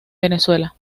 venezuela